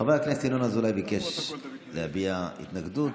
חבר הכנסת ינון אזולאי ביקש להביע התנגדות,